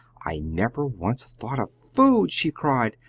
i never once thought of food! she cried,